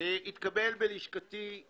התקבלה תלונה בלשכתי.